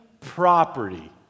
property